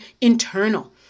internal